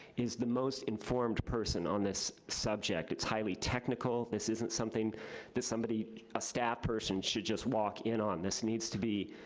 is the most informed person on this subject. it's highly technical. this isn't something that a ah staff person should just walk in on. this needs to be,